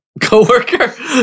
Co-worker